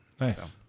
Nice